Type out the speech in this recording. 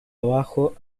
abajo